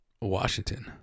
Washington